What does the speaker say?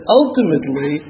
ultimately